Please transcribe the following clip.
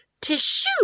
Tissue